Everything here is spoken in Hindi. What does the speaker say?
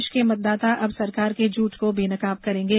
प्रदेश के मतदाता अब सरकार के झूठ को बेनकाब करेंगे